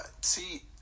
See